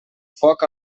foc